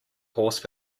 horse